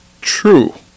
true